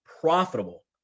profitable